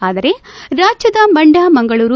ಆದರೆ ರಾಜ್ಯದ ಮಂಡ್ಯ ಮಂಗಳೂರು